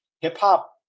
hip-hop